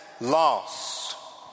lost